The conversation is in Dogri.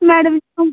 मैडम जी